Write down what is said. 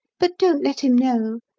but don't let him know.